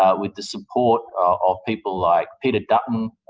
ah with the support of people like peter dutton,